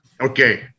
Okay